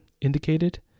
indicated